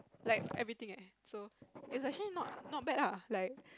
like everything eh so is actually not not bad ah like